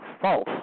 false